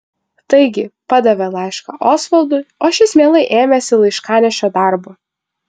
taigi padavė laišką osvaldui o šis mielai ėmėsi laiškanešio darbo